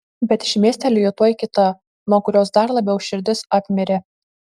bet šmėstelėjo tuoj kita nuo kurios dar labiau širdis apmirė